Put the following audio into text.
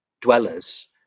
dwellers